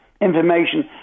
information